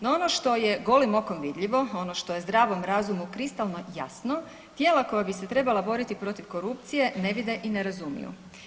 No, ono što je golim okom vidljivo, ono što je zdravom razumu kristalno jasno tijela koja bi se trebala boriti protiv korupcije ne vide i ne razumiju.